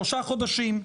שלושה חודשים?